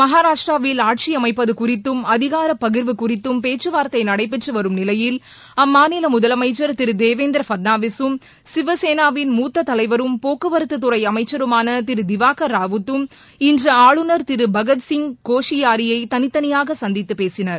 மகாராஷட்ராவில் ஆட்சியமைப்பது குறித்து அதிகார பகிர்வு குறித்தும் பேச்சுவார்த்தை நடைபெற்று வரும் நிலையில் அம்மாநில முதலமைச்சர் திரு தேவேந்திர பட்னாவிஸ்சும் சிவசேனாவின் மூத்த தலைவரும் போக்குவரத்துத்துறை அமைச்சருமான திரு திவாகர் ரவுத்தும் இன்று ஆளுநர் திரு பகத் சிங் கோஷிபாரியை தனித் தனியாக சந்தித்துப் பேசினர்